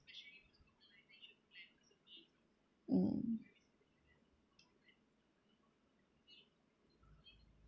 mm